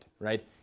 right